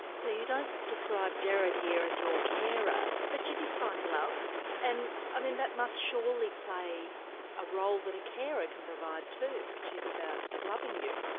so you don't describe gerard here as your carer but you did find love and um that must surely play a role that a carer can provide too which is about loving you.